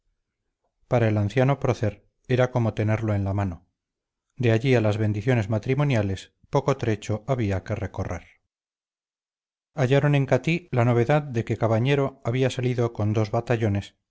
para el anciano prócer era como tenerlo en la mano de allí a las bendiciones matrimoniales poco trecho había que recorrer hallaron en catí la novedad de que cabañero había salido con dos batallones